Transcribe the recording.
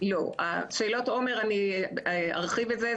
שאלות עומ"ר, אני ארחיב על זה.